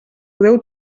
podeu